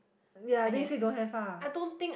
yea they say don't have ah